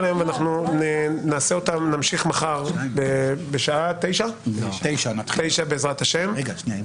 וממשיכים אותה מחר בשעה 09:00 בעזרת השם.